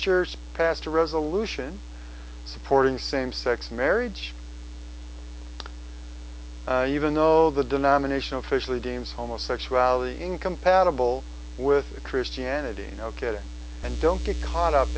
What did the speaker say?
church passed a resolution supporting same sex marriage even though the denomination officially deems homosexuality incompatible with christianity ok and don't get caught up